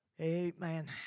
Amen